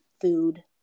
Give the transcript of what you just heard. food